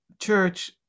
church